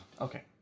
Okay